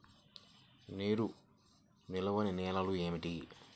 నీరు నిలువని నేలలు ఏమిటి?